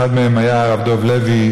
אחד מהם היה הרב דב לוי,